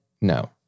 no